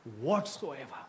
whatsoever